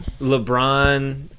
LeBron